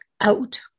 out